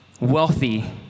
wealthy